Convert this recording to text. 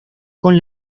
con